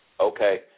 Okay